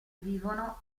vivono